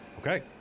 Okay